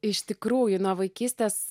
iš tikrųjų nuo vaikystės